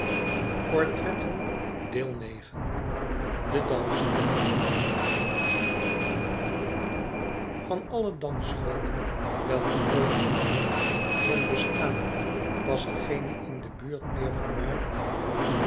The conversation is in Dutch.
ix de dansschool van alle dansscholen welke ooit in londen hebben bestaan was er geene in debuurt meer vermaard